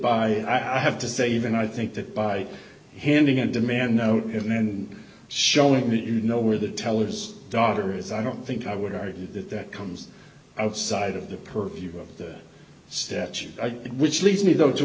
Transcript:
by i have to say even i think that by handing a demand note and then showing that you know where the teller's daughter is i don't think i would argue that that comes outside of the purview of the statute which leads me t